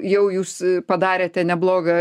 jau jūs padarėte neblogą